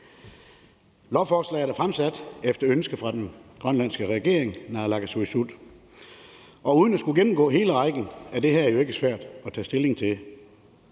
Lovforslaget er fremsat efter ønske fra den grønlandske regering, naalakkersuisut. Uden at jeg skal gennemgå hele rækken af initiativer, er det her jo ikke svært at tage stilling til.